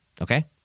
Okay